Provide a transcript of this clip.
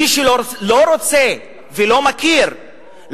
מי שלא רוצה ולא מכיר,